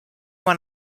won